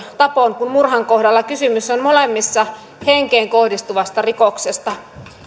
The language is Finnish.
tapon kuin murhan kohdalla molemmissa kysymys on henkeen kohdistuvasta rikoksesta